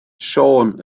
siôn